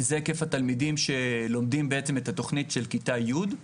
את היקף התלמידים שלומדים את התוכנית של כיתה י'.